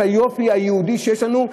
את היופי היהודי שיש לנו,